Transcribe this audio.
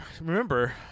Remember